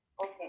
okay